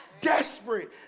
Desperate